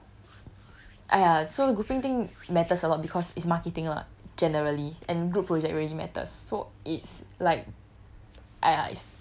but the thing is !aiya! so grouping thing matters a lot because it's marketing [what] generally and group project really matters so it's like